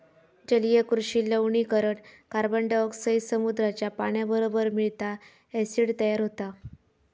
जलीय कृषि लवणीकरण कार्बनडायॉक्साईड समुद्राच्या पाण्याबरोबर मिळता, ॲसिड तयार होता